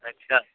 अच्छा